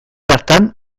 hartan